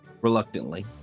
reluctantly